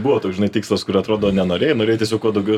buvo toks žinai tikslas kur atrodo nenorėjai norėjai tiesiog kuo daugiau